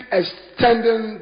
extending